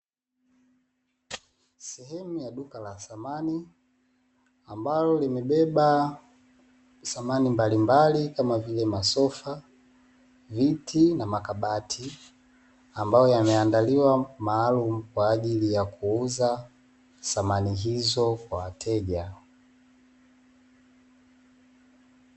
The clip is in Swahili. Sehemu ya duka la samani ambalo limebeba samani mbalimbali kama vile masofa, viti na makabati ambayo yameandaliwa maalumu kwa ajili ya kuuza samani hizo kwa wateja.